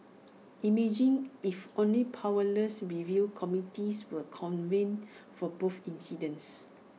imagine if only powerless review committees were convened for both incidents